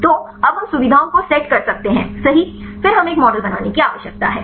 तो अब हम सुविधाओं को सेट कर सकते हैं सही फिर हमें एक मॉडल बनाने की आवश्यकता है